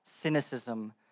cynicism